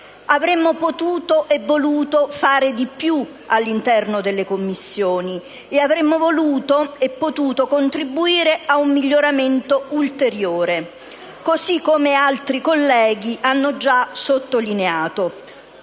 Avremmo potuto e voluto fare di più, all'interno delle Commissioni, e avremmo voluto e potuto contribuire a un miglioramento ulteriore, così come altri colleghi hanno già sottolineato.